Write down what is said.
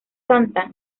santa